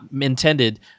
intended